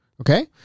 Okay